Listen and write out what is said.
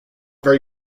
very